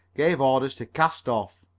gave orders to cast off.